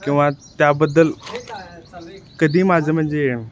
किंवा त्याबद्दल कधी माझं म्हणजे